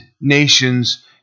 nations